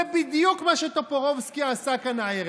זה בדיוק מה שטופורובסקי עשה כאן הערב: